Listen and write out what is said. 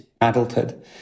adulthood